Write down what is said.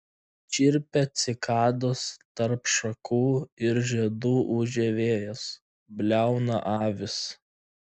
čirpia cikados tarp šakų ir žiedų ūžia vėjas bliauna avys